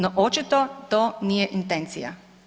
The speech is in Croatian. No očito to nije intencija.